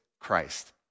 Christ